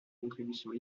contributions